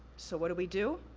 so, what do we do?